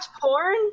porn